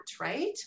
right